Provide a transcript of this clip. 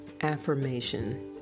affirmation